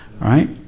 Right